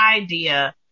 idea